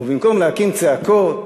ובמקום להקים צעקות